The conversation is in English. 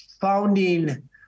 founding